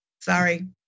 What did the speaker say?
sorry